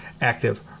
active